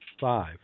five